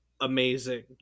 amazing